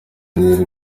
diane